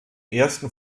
ersten